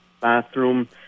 bathroom